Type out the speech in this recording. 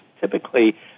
typically